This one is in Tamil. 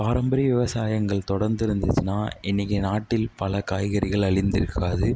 பாரம்பரிய விவசாயங்கள் தொடர்ந்து இருந்துச்சுனால் இன்றைக்கி நாட்டில் பல காய்கறிகள் அழிந்திருக்காது